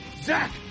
zach